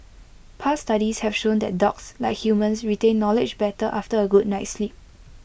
past studies have shown that dogs like humans retain knowledge better after A good night's sleep